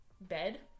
bed